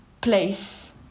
place